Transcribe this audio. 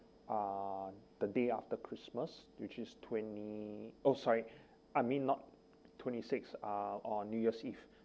uh the day after christmas which is twen~ oh sorry I mean not twenty six uh on new year's eve